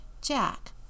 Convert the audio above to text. Jack